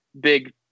big